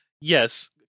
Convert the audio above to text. Yes